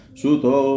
suto